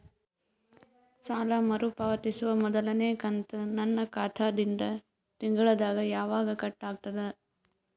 ಸಾಲಾ ಮರು ಪಾವತಿಸುವ ಮೊದಲನೇ ಕಂತ ನನ್ನ ಖಾತಾ ದಿಂದ ತಿಂಗಳದಾಗ ಯವಾಗ ಕಟ್ ಆಗತದ?